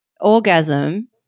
orgasm